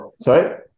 sorry